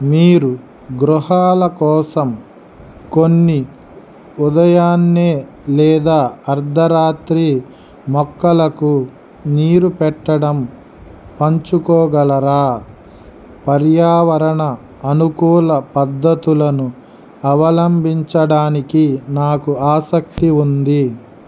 మీరు గృహాల కోసం కొన్ని ఉదయాన్నే లేదా అర్థరాత్రి మొక్కలకు నీరు పెట్టడం పంచుకోగలరా పర్యావరణ అనుకూల పద్ధతులను అవలంబించటానికి నాకు అసక్తి ఉంది